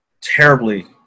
terribly